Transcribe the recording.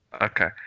Okay